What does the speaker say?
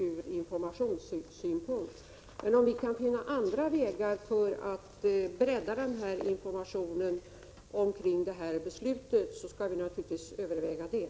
Vi skall naturligtvis överväga om vi kan finna andra vägar för att sprida information om beslutet.